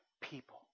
People